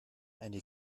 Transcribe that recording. eine